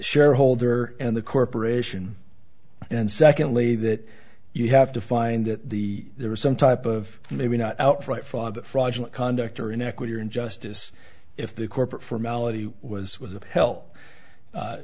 shareholder and the corporation and secondly that you have to find that the there was some type of maybe not outright fraudulent conduct or in equity or in justice if the corporate formality was was of hel